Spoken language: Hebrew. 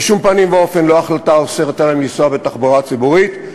בשום פנים ואופן לא החלטה האוסרת עליהם לנסוע בתחבורה ציבורית,